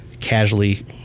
casually